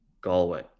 Galway